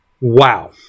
Wow